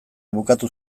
bukatu